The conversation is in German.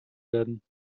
werden